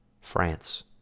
France